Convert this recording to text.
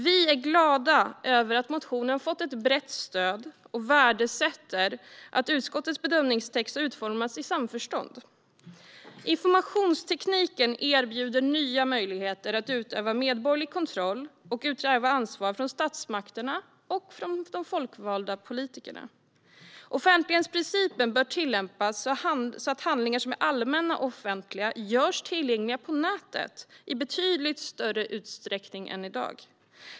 Vi är glada över att motionen har fått ett brett stöd och värdesätter att utskottets bedömningstext har utformats i samförstånd. Informationstekniken erbjuder nya möjligheter att utöva medborgerlig kontroll över och utkräva ansvar av statsmakterna och de folkvalda politikerna. Offentlighetsprincipen bör tillämpas så att handlingar som är allmänna och offentliga görs tillgängliga på nätet i betydligt större utsträckning än i dag.